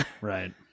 Right